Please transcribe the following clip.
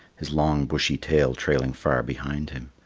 his long bushy tail trailing far behind him.